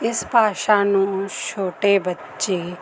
ਇਸ ਭਾਸ਼ਾ ਨੂੰ ਛੋਟੇ ਬੱਚੇ